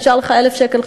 נשארו לך 1,000 שקלים,